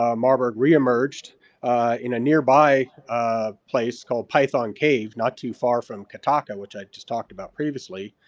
ah marburg reemerged in a nearby place called python cave, not too far from kittaka which i just talked about previously.